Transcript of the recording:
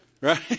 Right